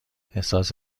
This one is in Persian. احساس